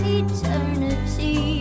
eternity